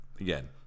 Again